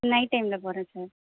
night டைமில் போகிறேன் sir